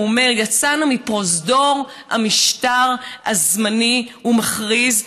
הוא אומר: יצאנו מפרוזדור המשטר הזמני הוא מכריז,